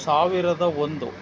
ಸಾವಿರದ ಒಂದು